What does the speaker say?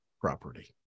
property